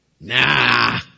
nah